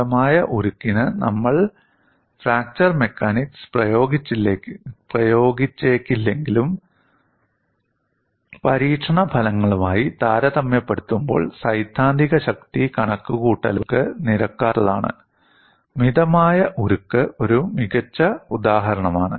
മിതമായ ഉരുക്കിന് നമ്മൾ ഫ്രാക്ചർ മെക്കാനിക്സ് പ്രയോഗിച്ചേക്കില്ലെങ്കിലും പരീക്ഷണ ഫലങ്ങളുമായി താരതമ്യപ്പെടുത്തുമ്പോൾ സൈദ്ധാന്തിക ശക്തി കണക്കുകൂട്ടലുകൾക്ക് നിരക്കാത്തതാണ് മിതമായ ഉരുക്ക് ഒരു മികച്ച ഉദാഹരണമാണ്